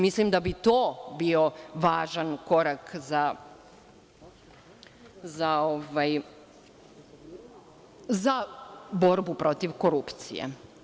Mislim da bi to bio važan korak za borbu protiv korupcije.